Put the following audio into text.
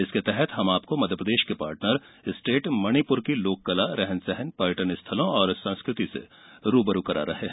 इसके तहत हम आपको मध्यप्रदेश के पार्टनर स्टेट मणिपुर की लोककला रहन सहन पर्यटन स्थलों और संस्कृति से रू ब रू करा रहे हैं